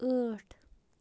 ٲٹھ